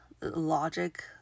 logic